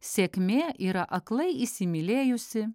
sėkmė yra aklai įsimylėjusi